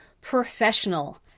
professional